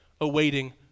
awaiting